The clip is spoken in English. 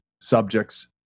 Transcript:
subjects